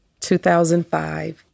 2005